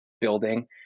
building